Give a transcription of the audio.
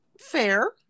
Fair